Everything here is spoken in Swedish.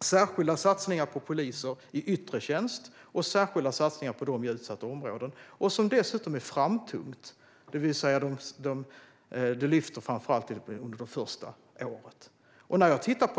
särskilda satsningar på poliser i yttre tjänst och särskilda satsningar på dem i utsatta områden. Det är dessutom framtungt, det vill säga att det framför allt lyfter under det första året.